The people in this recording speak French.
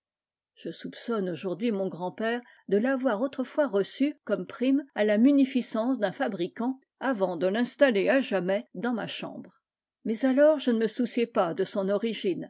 je soupçonne aujourd'hui mon grand-père de l'avoir autrefois reçu comme prime de la munificence d'un fabricant avant de l'installer à jamais dans ma chambre mais alors je ne me souciais pas de son origine